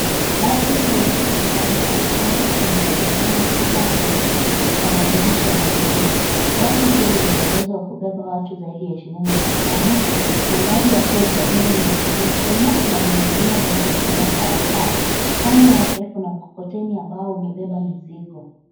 Basi refu ya rangi ya machungwa ina magurudumu sita meusi na madirisha yenye vioo. Basi hili linauwezo wa kubeba watu zaidi ya ishirini na watano, nambari yake ya usajili ni ya nchini Kenya na lina jina linalosoma Tawakal. Kando yake kuna mkokoteni ambao umebeba mizigo.